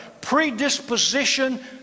predisposition